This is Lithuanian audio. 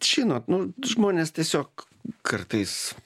činot nu žmonės tiesiog kartais